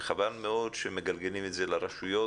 וחבל מאוד שמגלגלים את זה לרשויות.